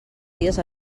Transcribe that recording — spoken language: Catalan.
dies